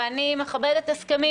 ואני מכבדת הסכמים,